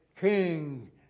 king